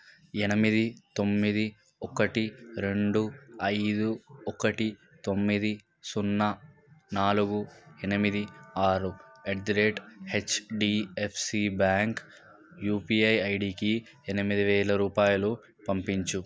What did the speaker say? ఎనిమిది తొమ్మిది ఒకటి రెండు ఐదు ఒకటి తొమ్మిది సున్నా నాలుగు ఎనిమిది ఆరు at the rate HDFC bank UPI ఐడికి ఎనిమిది వేల రూపాయలు పంపించు